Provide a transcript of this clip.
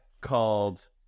called